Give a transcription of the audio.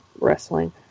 wrestling